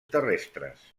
terrestres